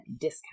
discount